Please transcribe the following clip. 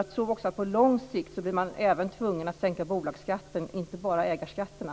På lång sikt blir man även tvungen att sänka bolagsskatten, inte bara ägarskatterna.